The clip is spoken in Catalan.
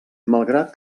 malgrat